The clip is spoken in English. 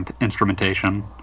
instrumentation